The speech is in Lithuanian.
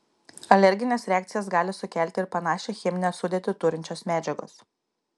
alergines reakcijas gali sukelti ir panašią cheminę sudėtį turinčios medžiagos